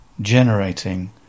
generating